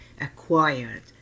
acquired